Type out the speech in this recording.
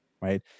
right